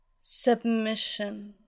Submission